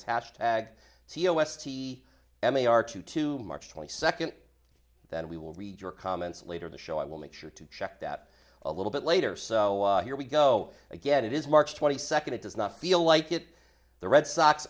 tag c o s t m a r two two march twenty second that we will read your comments later the show i will make sure to check that a little bit later so here we go again it is march twenty second it does not feel like it the red sox